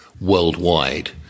worldwide